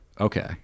okay